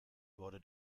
wurde